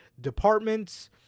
departments